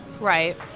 right